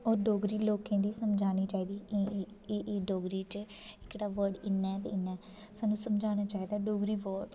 होर डोगरी लोकें गी समझानी चाहिदी एह् एह् डोगरी च एह्कड़ा वर्ड इं'यां ऐ ते इं'यां ऐ सानू समझाना चाहिदा डोगरी वर्ड